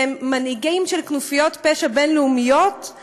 והם מנהיגים של כנופיות פשע בין-לאומיות,